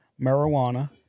marijuana